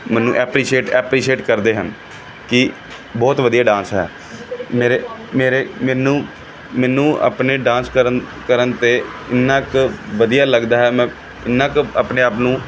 ਮੈਨੂੰ appreciate appreciate ਕਰਦੇ ਹਨ ਕਿ ਬਹੁਤ ਵਧੀਆ ਡਾਂਸ ਹੈ ਮੇਰੇ ਮੇਰੇ ਮੈਨੂੰ ਮੈਨੂੰ ਆਪਣੇ ਡਾਂਸ ਕਰਨ ਕਰਨ 'ਤੇ ਇੰਨਾ ਕੁ ਵਧੀਆ ਲੱਗਦਾ ਹੈ ਮੈਂ ਇੰਨਾ ਕੁ ਆਪਣੇ ਆਪ ਨੂੰ